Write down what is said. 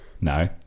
No